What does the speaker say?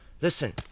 Listen